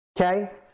Okay